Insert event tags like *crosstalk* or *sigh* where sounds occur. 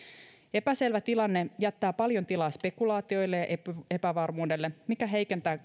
epäselvä tilanne jättää paljon tilaa spekulaatioille ja epävarmuudelle mikä heikentää *unintelligible*